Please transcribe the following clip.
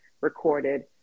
recorded